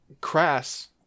Crass